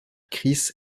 chris